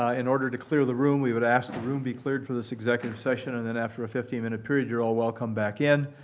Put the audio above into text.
ah in order to clear the room, we would ask the room be cleared for this executive session and then after a fifteen minute period you're all welcome back in.